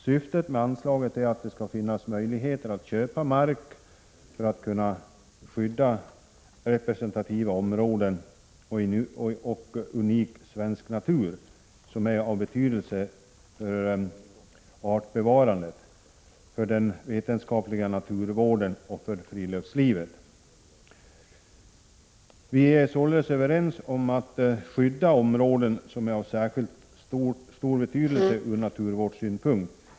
Syftet med anslaget är att det skall finnas möjligheter att köpa mark för att kunna skydda representativa områden och unik svensk natur som är av betydelse för artbevarandet, för den vetenskapliga naturvården och för friluftslivet. Vi är således överens om att skydda områden som är av särskilt stor betydelse från naturvårdssynpunkt.